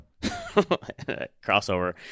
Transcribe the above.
Crossover